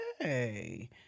Okay